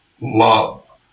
Love